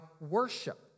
worship